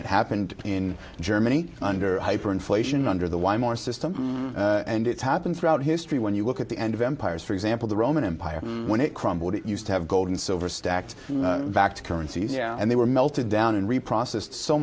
it happened in germany under hyperinflation under the wymore system and it's happened throughout history when you look at the end of empires for example the roman empire when it crumbled it used to have gold and silver stacked back to currencies yeah and they were melted down and reprocessed so